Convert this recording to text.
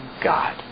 God